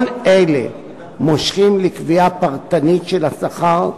כל אלה מושכים לקביעה פרטנית של השכר,